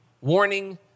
warning